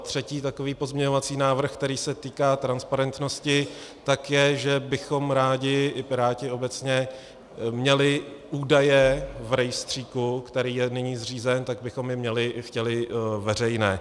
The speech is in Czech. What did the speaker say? Třetí pozměňovací návrh, který se týká transparentnosti je, že bychom rádi, i Piráti obecně, měli údaje v rejstříku, který je nyní zřízen, tak bychom je chtěli veřejné.